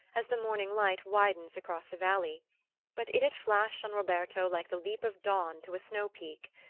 as the morning light widens across a valley but it had flashed on roberto like the leap of dawn to a snow-peak.